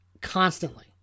constantly